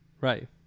Right